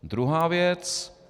Druhá věc.